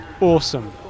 Awesome